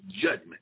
judgment